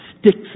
sticks